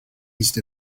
east